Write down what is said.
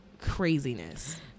craziness